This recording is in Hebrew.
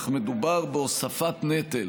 אך מדובר בהוספת נטל